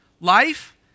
life